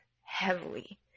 heavily